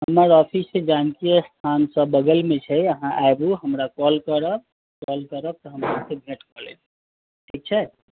नहि अथी से जानकी स्थान सऽ बगलमे छै अहाँ आबू हमरा कॉल करब कॉल करब तऽ हम आबि कऽ भेट कय लेब ठीक छै